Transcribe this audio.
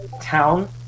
town